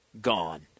Gone